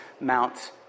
Mount